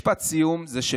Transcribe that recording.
משפט הסיום הוא: